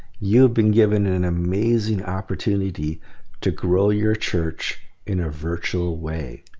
you've been given an amazing opportunity to grow your church in a virtual way.